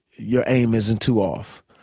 your aim isn't too off.